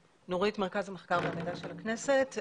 מרכז המחקר והמידע של הכנסת.